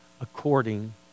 according